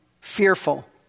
fearful